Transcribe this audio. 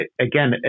again